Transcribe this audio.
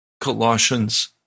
Colossians